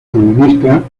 administra